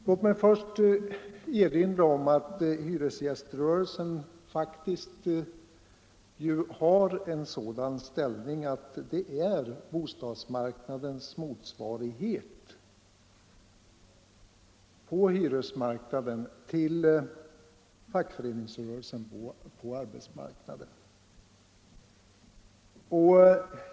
Låt mig först erinra om att hyresgäströrelsen faktiskt har en sådan ställning att den är bostadsmarknadens motsvarighet till fackföreningsrörelsen på arbetsmarknaden.